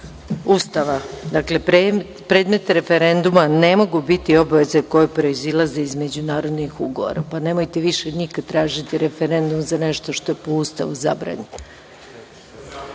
Ustava – predmet referenduma ne mogu biti obaveze koje proizilaze iz međunarodnih ugovora, pa nemojte više nikada tražiti referendum za nešto što je po Ustavu zabranjeno.